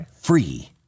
free